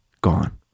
Gone